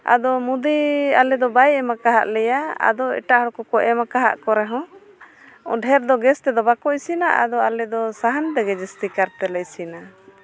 ᱟᱫᱚ ᱢᱳᱫᱤ ᱟᱞᱮᱫᱚ ᱵᱟᱭ ᱮᱢᱠᱟᱫ ᱞᱮᱭᱟ ᱟᱫᱚ ᱮᱴᱟᱜ ᱦᱚᱲ ᱠᱚᱠᱚ ᱮᱢᱠᱟᱫ ᱠᱚ ᱨᱮᱦᱚᱸ ᱚᱨᱫᱷᱮᱠ ᱫᱚ ᱜᱮᱥ ᱛᱮᱫᱚ ᱵᱟᱠᱚ ᱤᱥᱤᱱᱟ ᱟᱫᱚ ᱟᱞᱮᱫᱚ ᱥᱟᱦᱟᱱ ᱛᱮᱜᱮ ᱡᱟᱹᱥᱛᱤ ᱠᱟᱨ ᱛᱮᱞᱮ ᱤᱥᱤᱱᱟ